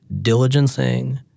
diligencing